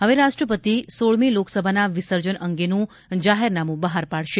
હવે રાષ્ટ્રપતિ સોળમી લોકસભાના વિસર્જન અંગેનું જાહેરનામું બહાર પાડશે